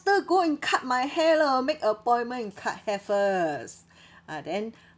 go and cut my hair loh make appointment and cut hair first ah then